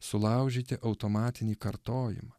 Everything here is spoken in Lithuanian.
sulaužyti automatinį kartojimą